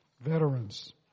veterans